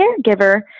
caregiver